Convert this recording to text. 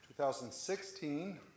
2016